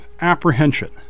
apprehension